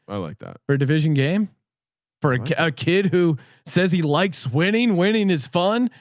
i like that for a division game for a kid who says he likes winning. winning is fun.